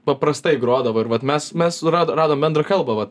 paprastai grodavo ir vat mes mes surado radom bendrą kalbą vat